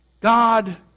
God